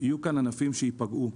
יהיו כאן ענפים שייפגעו.